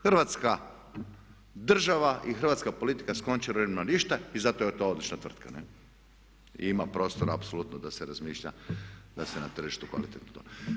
Hrvatska država i hrvatska politika s Končarom nema ništa i zato je to odlična tvrtka i ima prostor apsolutno da se razmišlja da se na tržištu kvalitetno to.